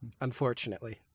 Unfortunately